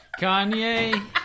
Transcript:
Kanye